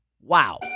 wow